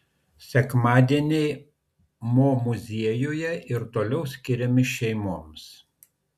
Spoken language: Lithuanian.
sekmadieniai mo muziejuje ir toliau skiriami šeimoms